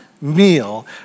meal